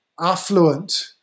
affluent